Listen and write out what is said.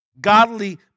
godly